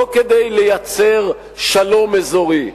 לא כדי לייצר שלום אזורי,